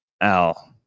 Al